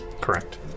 Correct